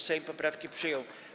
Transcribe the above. Sejm poprawki przyjął.